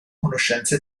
conoscenze